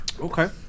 Okay